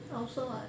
I also [what]